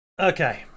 Okay